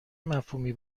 مفهومی